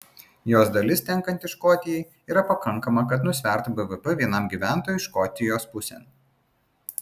jos dalis tenkanti škotijai yra pakankama kad nusvertų bvp vienam gyventojui škotijos pusėn